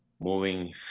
moving